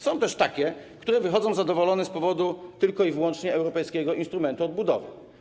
Są też takie, które wychodzą zadowolone z powodu tylko i wyłącznie europejskiego instrumentu odbudowy.